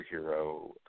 superhero